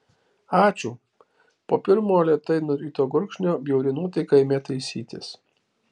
ačiū po pirmo lėtai nuryto gurkšnio bjauri nuotaika ėmė taisytis